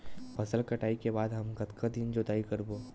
फसल कटाई के बाद हमन कतका दिन जोताई करबो?